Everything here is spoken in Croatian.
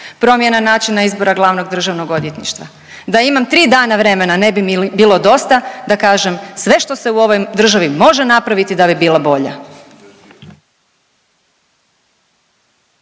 promjena načina izbora glavnog državnog odvjetništva. Da imam tri dana vremena ne bi mi bilo dosta da kažem sve što se u ovoj državi može napraviti da bi bila bolja.